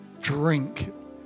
drink